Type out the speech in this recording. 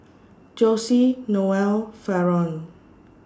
Jossie Noel Faron